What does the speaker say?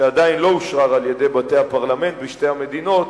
שעדיין לא אושרר על-ידי בתי הפרלמנט בשתי המדינות,